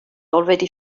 already